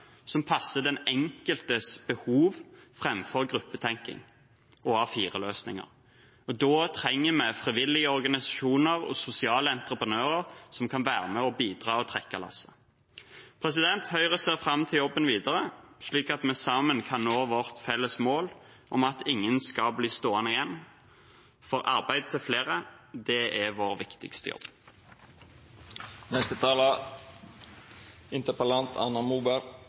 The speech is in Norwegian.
som passer den enkeltes behov, framfor gruppetenking og A4-løsninger. Da trenger vi frivillige organisasjoner og sosiale entreprenører som kan være med og bidra og trekke lasset. Høyre ser fram til jobben videre, slik at vi sammen kan nå vårt felles mål om at ingen skal bli stående igjen. Arbeid til flere er vår viktigste